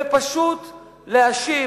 ופשוט להאשים,